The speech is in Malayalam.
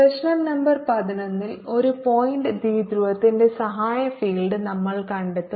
പ്രശ്നo നമ്പർ 11 ൽ ഒരു പോയിന്റ് ദ്വിധ്രുവത്തിന്റെ സഹായ ഫീൽഡ് നമ്മൾ കണ്ടെത്തും